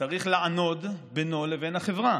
צריך לענוד בינו לבין החברה.